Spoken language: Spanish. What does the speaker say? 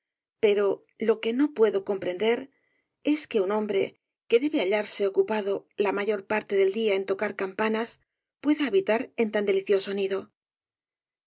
pero lo que no puedo comprender es que un hombre que rosalía de castro debe hallarse ocupado la mayor parte del día en tocar campanas pueda habitar en tan delicioso nido